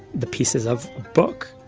the pieces of book.